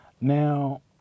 Now